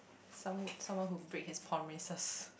someone someone who break his promises